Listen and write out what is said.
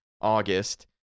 August